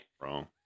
Wrong